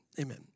Amen